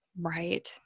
Right